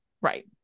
Right